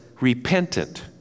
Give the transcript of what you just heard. repentant